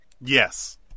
Yes